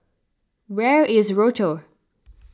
where is Rochor